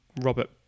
Robert